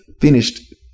finished